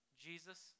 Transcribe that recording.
Jesus